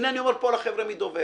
הנה אני אומר פה לחבר'ה מדובב.